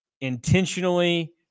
intentionally